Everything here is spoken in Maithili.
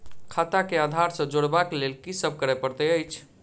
खाता केँ आधार सँ जोड़ेबाक लेल की सब करै पड़तै अछि?